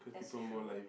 that's true